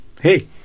hey